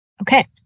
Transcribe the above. Okay